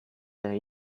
there